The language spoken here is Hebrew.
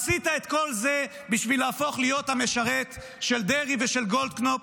עשית את כל זה בשביל להפוך להיות המשרת של דרעי ושל גולדקנופ